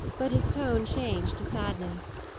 but his tone changed to sadness.